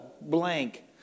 blank